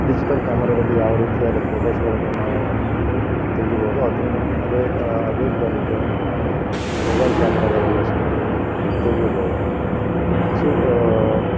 digital ಕ್ಯಾಮರಾದಲ್ಲಿ ಯಾವ ರೀತಿಯಾದ ಫೋಟೋಸ್ಗಳನ್ನು ನಾವು ತೆಗೀಬೌದೋ ಅದನ್ನು ಅದೇ ಅದೇ ಕ್ವಾಲಿಟಿಯನ್ನು ನಾವು ಮೊಬೈಲ್ ಕ್ಯಾಮರಾಗಳಲ್ಲೂ ಸಹ ತೆಗೀಬೌದು ಸೊ